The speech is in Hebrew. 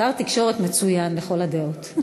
שר תקשורת מצוין, לכל הדעות.